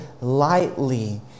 lightly